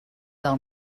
del